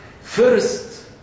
first